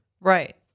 Right